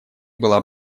была